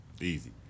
Easy